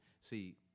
See